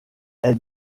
elle